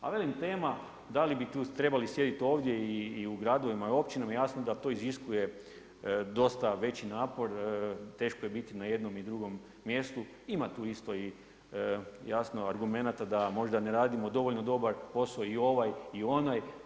Ali velim, tema da li bi tu trebali sjediti ovdje i u gradovima i općinama, jasno da to iziskuje dosta veći napor, teško je biti na jednom i drugom mjestu, ima tu isto i jasno argumenta da možda ne radimo dovoljno dobar posao i ovaj i onaj.